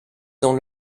dans